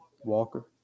Walker